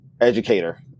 educator